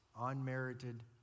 unmerited